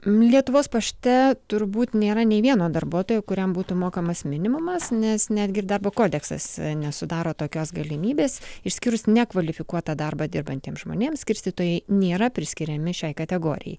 lietuvos pašte turbūt nėra nei vieno darbuotojo kuriam būtų mokamas minimumas nes netgi darbo kodeksas nesudaro tokios galimybės išskyrus nekvalifikuotą darbą dirbantiems žmonėms skirstytojai nėra priskiriami šiai kategorijai